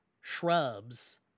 shrubs